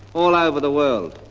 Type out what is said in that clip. all over the world,